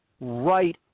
right